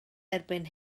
erbyn